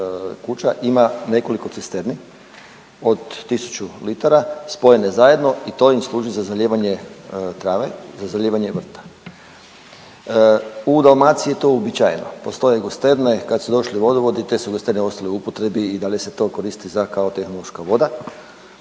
kuća ima nekoliko cisterni od 1000 litara spojene zajedno i to im služi za zalijevanje trave, za zalijevanje vrta. U Dalmaciji je to uobičajeno, postoje gusterne kad su došli vodovodi, te su gusterne ostale u upotrebi i dalje se to koristi za kao tehnološka voda,